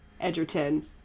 Edgerton